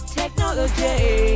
technology